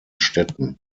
städten